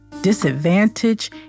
disadvantage